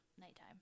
nighttime